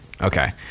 Okay